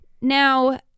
Now